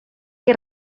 que